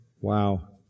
Wow